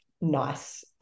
nice